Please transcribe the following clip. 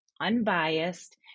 unbiased